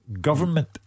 government